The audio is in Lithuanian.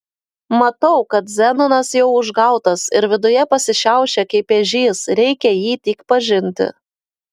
matau kad zenonas jau užgautas ir viduje pasišiaušė kaip ežys reikia jį tik pažinti